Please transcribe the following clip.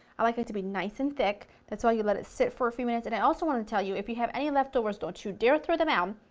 i like it to be nice and thick, that's why you let it sit for a few minutes, and i also want to tell you if you have any leftovers, don't you dare throw them out,